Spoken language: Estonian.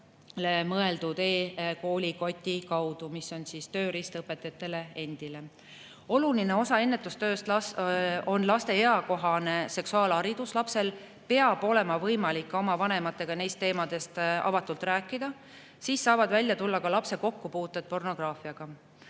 mõeldud e-koolikoti kaudu, mis on tööriist õpetajatele endile. Oluline osa ennetustööst on laste eakohane seksuaalharidus. Lapsel peab olema võimalik oma vanematega neist teemadest avatult rääkida, siis saavad välja tulla ka lapse kokkupuuted pornograafiaga.